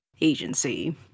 Agency